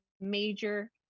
major